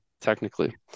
technically